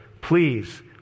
Please